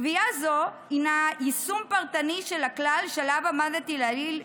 קביעה זו הינה יישום פרטני של הכלל שעליו עמדתי לעיל,